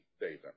data